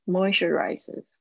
Moisturizes